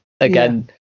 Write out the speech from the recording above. Again